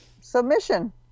Submission